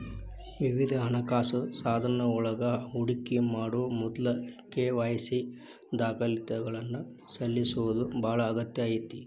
ವಿವಿಧ ಹಣಕಾಸ ಸಾಧನಗಳೊಳಗ ಹೂಡಿಕಿ ಮಾಡೊ ಮೊದ್ಲ ಕೆ.ವಾಯ್.ಸಿ ದಾಖಲಾತಿಗಳನ್ನ ಸಲ್ಲಿಸೋದ ಬಾಳ ಅಗತ್ಯ ಐತಿ